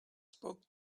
spoke